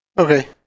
Okay